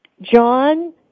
John